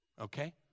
okay